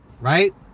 right